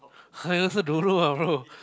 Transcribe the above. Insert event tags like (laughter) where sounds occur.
(laughs) I also don't know lah bro